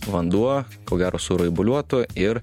vanduo ko gero suraibuliuotų ir